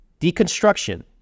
Deconstruction